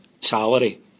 salary